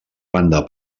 banda